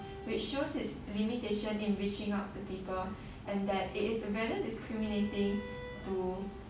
which shows its limitation in reaching out to people and that is rather discriminating to